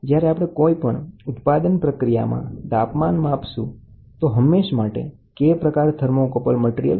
જ્યારે આપણે કોઈપણ ઉત્પાદન પ્રક્રિયામાં તાપમાન માપશું તો હંમેશ માટે K પ્રકાર થર્મોકપલનો ઉપયોગ કરશું